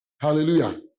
Hallelujah